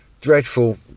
dreadful